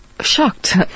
shocked